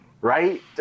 right